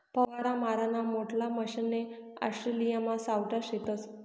फवारा माराना मोठल्ला मशने ऑस्ट्रेलियामा सावठा शेतस